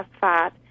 fat